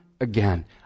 again